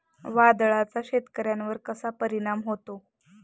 वादळाचा शेतकऱ्यांवर कसा परिणाम होतो?